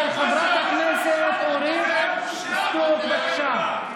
של חברת הכנסת אורית סטרוק, בבקשה.